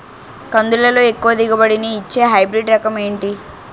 కందుల లో ఎక్కువ దిగుబడి ని ఇచ్చే హైబ్రిడ్ రకం ఏంటి?